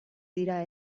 dira